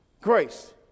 grace